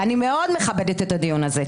ואני מאוד מכבדת את הדיון הזה,